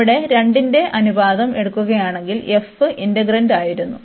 ഇവിടെ 2 ന്റെ അനുപാതം എടുക്കുകയാണെങ്കിൽ f ഇന്റെഗ്രാന്റ് ആയിരുന്നു